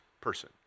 person